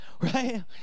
right